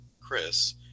Chris